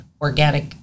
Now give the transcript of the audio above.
organic